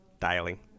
dialing